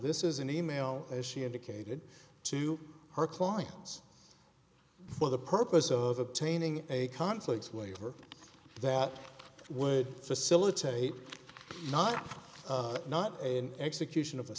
this is an e mail as she indicated to her clients for the purpose of obtaining a conflict waiver that would facilitate not not in execution of a